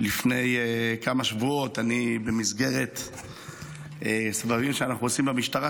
לפני כמה שבועות במסגרת סבבים שאנחנו עושים במשטרה.